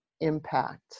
impact